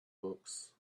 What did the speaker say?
books